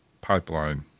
Pipeline